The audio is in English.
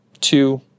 two